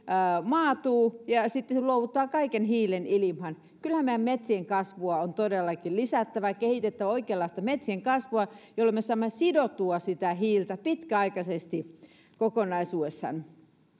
maatuu ja sitten se luovuttaa kaiken hiilen ilmaan kyllähän meidän metsien kasvua on todellakin lisättävä ja kehitettävä oikeanlaista metsien kasvua jolloin me saamme sidottua sitä hiiltä pitkäaikaisesti kokonaisuudessaan